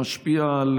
שמשפיע על